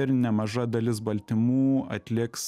ir nemaža dalis baltymų atliks